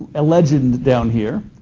ah legend down here,